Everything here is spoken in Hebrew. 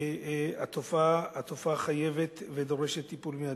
התופעה חייבת ודורשת טיפול מיידי.